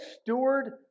steward